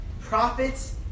prophets